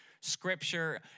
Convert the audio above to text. scripture